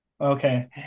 Okay